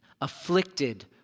afflicted